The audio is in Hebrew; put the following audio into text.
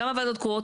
כמה ועדות קרואות?